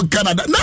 Canada